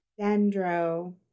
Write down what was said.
Dendro